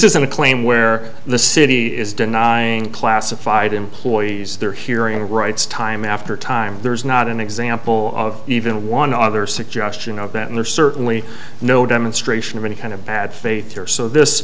isn't a claim where the city is denying classified employees their hearing rights time after time there's not an example of even one other suggestion of that and there's certainly no demonstration of any kind of bad faith here so this